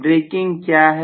breaking क्या है